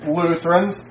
Lutherans